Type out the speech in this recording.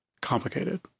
complicated